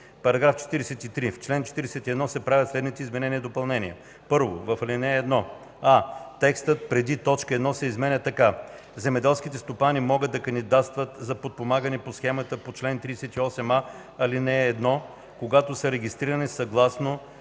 § 43: „§ 43. В чл. 41 се правят следните изменения и допълнения: 1. В ал. 1: а) текстът преди т. 1 се изменя така: „Земеделските стопани могат да кандидатстват за подпомагане по схемите по чл. 38а, ал. 1, когато са регистрирани съгласно